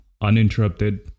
uninterrupted